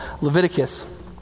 Leviticus